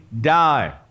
die